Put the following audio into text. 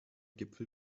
gipfel